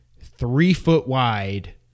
three-foot-wide